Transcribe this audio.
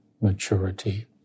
maturity